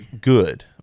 good